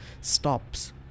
stops